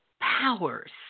powers